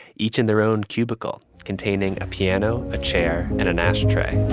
each in their own cubicle containing a piano, a chair and an ashtray